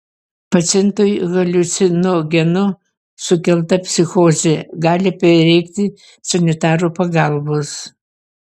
pacientui haliucinogenų sukelta psichozė gali prireikti sanitaro pagalbos